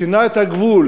שינה את הגבול